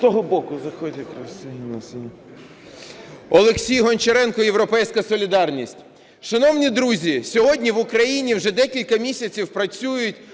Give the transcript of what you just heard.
Олексій Гончаренко, "Європейська солідарність". Шановні друзі, сьогодні в Україні вже декілька місяців працюють